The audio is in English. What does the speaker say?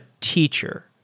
teacher